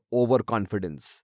overconfidence।